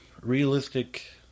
realistic